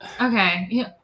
Okay